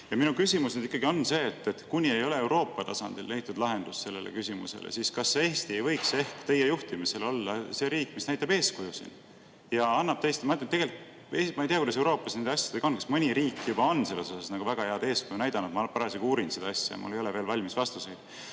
Minu küsimus on see, et kuni ei ole Euroopa tasandil leitud lahendust sellele küsimusele, siis kas Eesti ei võiks ehk teie juhtimisel olla see riik, mis näitab siin eeskuju. Ma ei tea, kuidas Euroopas nende asjadega on, kas mõni riik juba on selles osas väga head eeskuju näidanud. Ma parasjagu uurin seda asja, mul ei ole veel valmis vastuseid.